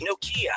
Nokia